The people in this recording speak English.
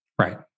right